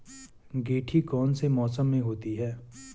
गेंठी कौन से मौसम में होती है?